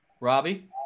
Robbie